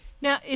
Now